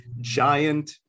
giant